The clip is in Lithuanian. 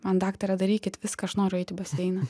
man daktare darykite viską aš noriu eit į baseiną